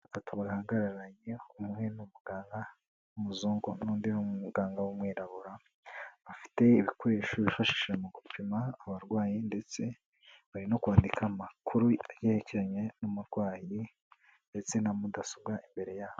Akaba ahagararanye umwe n'umuganga w'umuzungu n'undi muganga w'umwirabura, bafite ibikoresho bifashishije mu gupima abarwayi ndetse bari no kwandika amakuru yerekeranye n'umurwayi ndetse na mudasobwa imbere yaho.